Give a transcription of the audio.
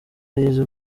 rizwi